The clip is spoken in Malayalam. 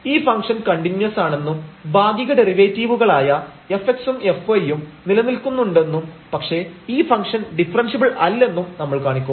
ഈ ഫംഗ്ഷൻ കണ്ടിന്യൂസ് ആണെന്നും ഭാഗിക ഡെറിവേറ്റീവുകളായ fx ഉം fy ഉം നിലനിൽക്കുന്നുണ്ടെന്നും പക്ഷേ ഈ ഫംഗ്ഷൻ ഡിഫറെൻഷ്യബിൾ അല്ലെന്നും നമ്മൾ കാണിക്കും